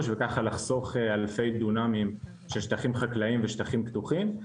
וככה לחסוך אלפי דונמים של שטחים חקלאיים ושטחים פתוחים.